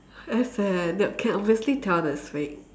that's bad eh they can obviously tell that it's fake